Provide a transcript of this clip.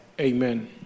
Amen